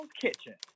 Kitchen